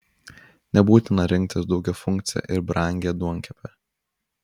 nebūtina rinktis daugiafunkcę ir brangią duonkepę